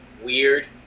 weird